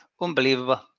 unbelievable